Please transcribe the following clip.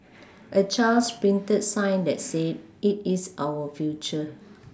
a child's printed sign that said it is our future